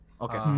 Okay